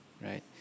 right